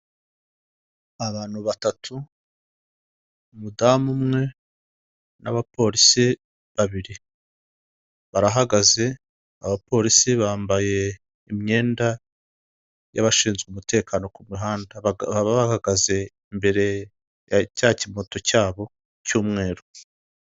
Abantu batatu umudamu umwe n'abapolisi babiri barahagaze, abapolisi bambaye imyenda y'abashinzwe umutekano ku muhanda bakaba bahagaze imbere ya cya kimoto cyabo cy'umweru.